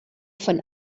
von